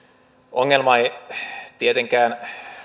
ongelma ei tietenkään